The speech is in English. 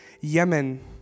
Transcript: Yemen